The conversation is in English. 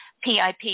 PIP